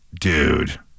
Dude